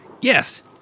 Yes